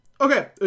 okay